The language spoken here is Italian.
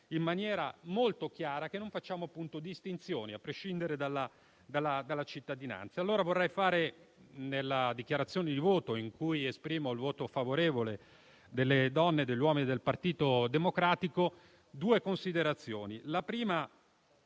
in maniera molto chiara che non facciamo distinzioni, a prescindere dalla cittadinanza. Allora, preannunciando la mia dichiarazione di voto, in cui esprimerò il voto favorevole delle donne e degli uomini del Partito Democratico, voglio fare due considerazioni: